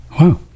Wow